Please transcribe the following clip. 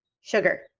sugar